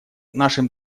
нашим